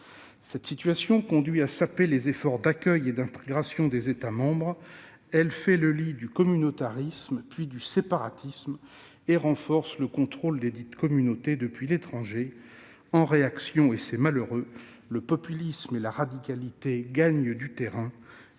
Cette situation conduit à saper les efforts d'accueil et d'intégration des États membres. Elle fait le lit du communautarisme, puis du séparatisme et renforce le contrôle desdites communautés depuis l'étranger. En réaction, et c'est malheureux, le populisme et la radicalité gagnent du terrain.